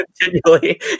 continually